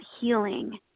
healing